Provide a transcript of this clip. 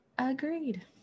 agreed